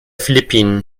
philippinen